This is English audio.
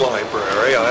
Library